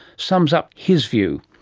sums up his view,